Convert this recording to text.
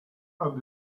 and